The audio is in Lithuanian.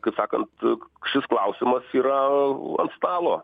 kaip sakant šis klausimas yra ant stalo